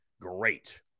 great